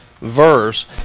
verse